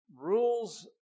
rules